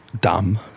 dumb